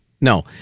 No